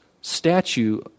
statue